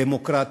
דמוקרטיה.